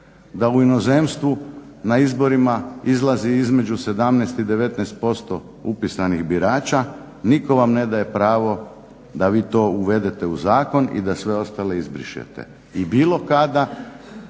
da u inozemstvu na izborima izlazi između 17 i 19% upisanih birača nitko vam ne daje pravo da vi to uvedete u zakon i da sve ostale izbrišete i bilo kada